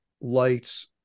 lights